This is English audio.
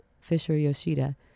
Fisher-Yoshida